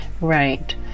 right